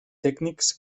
tècnics